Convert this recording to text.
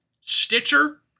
Stitcher